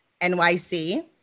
NYC